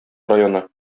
районы